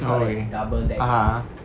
oh okay (uh huh)